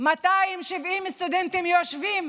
270 סטודנטים יושבים